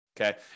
okay